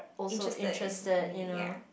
interested in me ya